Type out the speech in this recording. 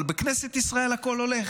אבל בכנסת ישראל הכול הולך.